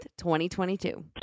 2022